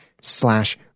slash